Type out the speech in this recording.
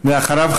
ואחריו,